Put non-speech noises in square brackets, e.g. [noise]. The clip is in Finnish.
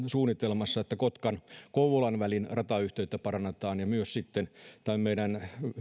[unintelligible] suunnitelmassa että kotka kouvola välin ratayhteyttä parannetaan ja myös tämän meidän